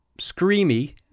screamy